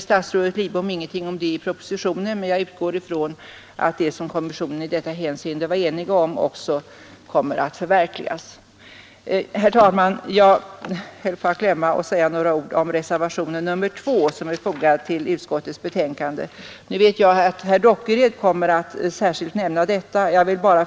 Statsrådet Lidbom säger ingenting om det i propositionen, men jag utgår från att det som kommissionen i detta avseende var enig om också kommer att förverkligas. Herr talman! Jag höll på att glömma att säga några ord om reservationen 2 som är fogad till utskottets betänkande. Jag vet att herr Dockered särskilt kommer att nämna detta.